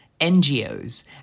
NGOs